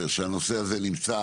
שהנושא הזה נמצא